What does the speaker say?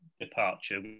departure